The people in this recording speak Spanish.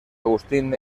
agustín